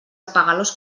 apegalós